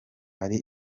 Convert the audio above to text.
ari